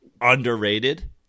underrated